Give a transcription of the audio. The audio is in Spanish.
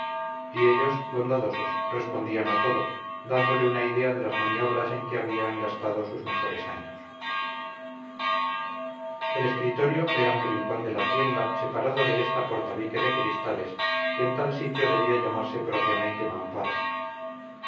y ellos bondadosos respondían a todo dándole una idea de las maniobras en que habían gastado sus mejores años el escritorio era un rincón de la tienda separado de esta por tabique de cristales que en tal sitio debía llamarse propiamente mamparo